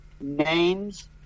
names